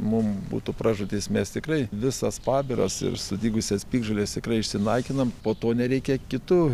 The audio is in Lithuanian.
mum būtų pražūtis mes tikrai visas pabiras ir sudygusias piktžoles tikrai išsinaikinam po to nereikia kitų